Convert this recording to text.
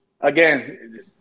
again